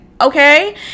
okay